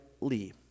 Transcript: Lee